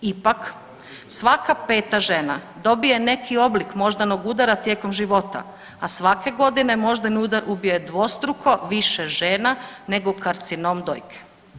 Ipak, svaka 5. žena dobije neki oblik moždanog udara tijekom života, a svake godine moždani udar ubije dvostruko više žena nego karcinom dojke.